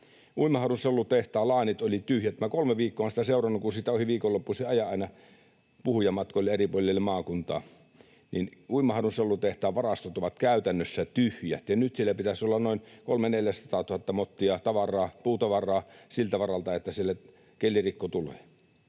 Uimaharjun sellutehtaan laanit olivat tyhjät. Minä olen sitä kolme viikkoa seurannut, kun siitä ohi viikonloppuisin aina ajan puhujamatkoille eri puolille maakuntaa, niin Uimaharjun sellutehtaan varastot ovat käytännössä tyhjät, ja nyt siellä pitäisi olla noin 300 000—400 000 mottia puutavaraa siltä varalta, että siellä tulee